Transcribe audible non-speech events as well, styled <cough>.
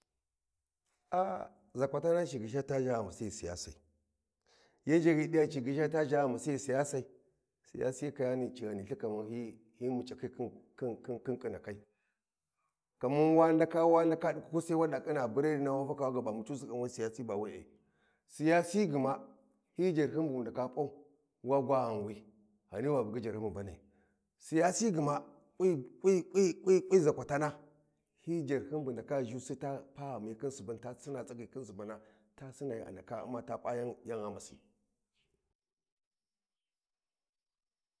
A zakwatana ci ghishiya ta zha ghamasi ghi siyasai, yan zha ghi di ya ci ghisiya ta gha ghamasi ghi siyasai siyasi gwamani ci Ghani lthi kaman hyi yan muc’akhi khin khin khin khinakai <noise> kama wa ndaka wa ndaka di kukusi wada khina buredina w aba muc’usi kanwi siyasi ba we’e siyasi gma hyi jarhyin bu wu ndaka pau wa gwa ghanwi Ghani wa bugi jarhyin bu mbanai siyasi ta <hesitation> hyi jarhyun bu ndaka zhusi ta pa Ghani khin subana ta sina tsaghi khin subana ta sina ghi a ndaka umma ta pa ya ghamasi. <noise>